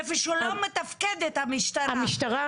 איפה שלא מתפקדת המשטרה,